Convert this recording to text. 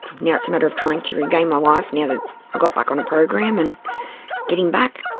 now ah it's a matter of trying to regain my life, now that i got back on a program, and get him back.